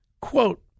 quote